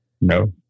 No